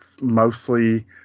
Mostly